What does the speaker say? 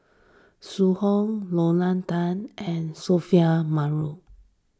Zhu Hong Lorna Tan and Sophia